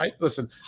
Listen